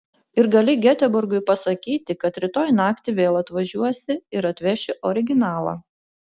ir gali geteborgui pasakyti kad rytoj naktį vėl atvažiuosi ir atveši originalą